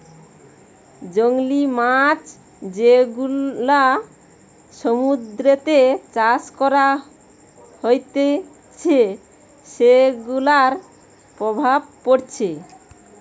জংলী মাছ যেগুলা সমুদ্রতে চাষ করা হতিছে সেগুলার প্রভাব পড়ে